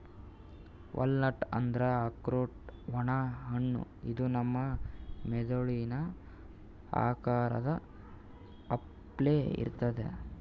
walnut ಅಂದ್ರ ಆಕ್ರೋಟ್ ಒಣ ಹಣ್ಣ ಇದು ನಮ್ ಮೆದಳಿನ್ ಆಕಾರದ್ ಅಪ್ಲೆ ಇರ್ತದ್